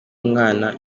umwana